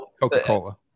Coca-Cola